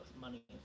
money